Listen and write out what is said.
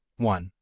one.